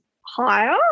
higher